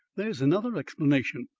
there is another explanation.